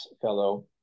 fellow